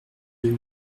deux